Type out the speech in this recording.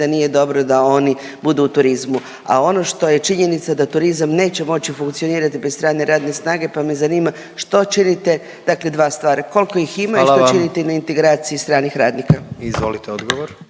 da nije dobro da oni budu u turizmu. A ono što je činjenica, da turizam neće moći funkcionirati bez strane radne snage, pa me zanima što činite, dakle dva stvari, kolko ih ima…/Upadica predsjednik: Hvala./…i što činite na integraciji stranih radnika? **Jandroković, Gordan